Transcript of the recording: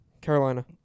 Carolina